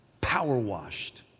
power-washed